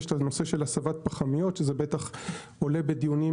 יש את הנושא של הסבת פחמיות שעולה בדיונים